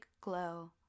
glow